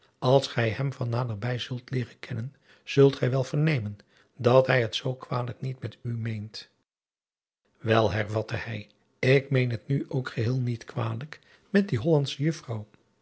als gij hem van naderbij zult leeren kennen zult gij wel vernemen dat hij driaan oosjes zn et leven van illegonda uisman het zoo kwalijk niet met u meent el hervatte hij ik meen het nu ook geheel niet kwalijk met die ollandsche juffrouw